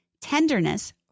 tenderness